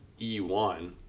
E1